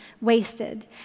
wasted